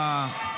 הצבעה.